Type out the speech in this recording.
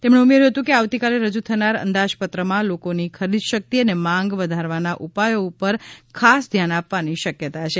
તેમણે ઉમેર્થુ હતું કે આવતીકાલે રજુ થનારા અંદાજપત્રમાં લોકોની ખરીદશકિત અને માંગ વધારવાના ઉપાયો પર ખાસ ધ્યાન આપવાની શકથતા છે